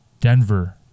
Denver